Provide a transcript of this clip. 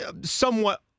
somewhat